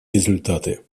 результаты